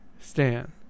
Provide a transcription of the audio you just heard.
Stan